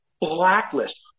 blacklist